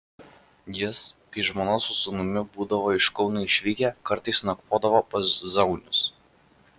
jis kai žmona su sūnumi būdavo iš kauno išvykę kartais nakvodavo pas zaunius